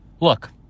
Look